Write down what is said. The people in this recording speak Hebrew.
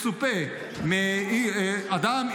מצופה מאדם,